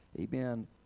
Amen